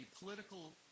political